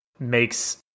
Makes